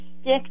stick